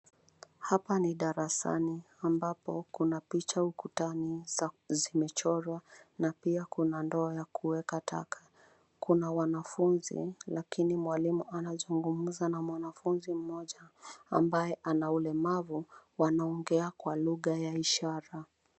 Hapa ni darasani ambapo kuna picha ukutani zimechorwa na pia kuna ndoo ya kuweka taka. Kuna wanafunzi lakini mwalimu anazungumza na mwanafunzi moja ambaye anaulimavu wanaongea kwa lugha ya ishara.